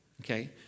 Okay